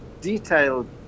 detailed